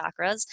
chakras